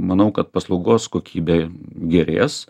manau kad paslaugos kokybė gerės